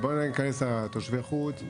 בואו נכנס על תושבי חוץ,